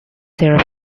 their